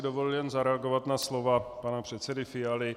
Dovolil by si jen zareagovat na slova pana předsedy Fialy.